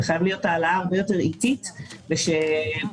זאת חייבת להיות העלאה הרבה יותר איטית ולאורך